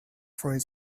for